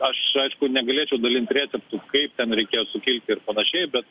aš aišku negalėčiau dalint receptų kaip ten reikėjo sukilti ir panašiai bet